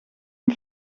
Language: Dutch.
een